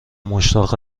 مشتاق